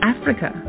Africa